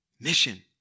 Mission